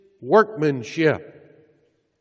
workmanship